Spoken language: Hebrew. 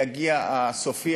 יגיע הסופי,